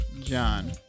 John